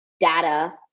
data